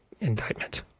indictment